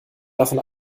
davon